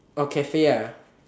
orh cafe ah